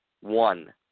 One